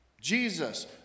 Jesus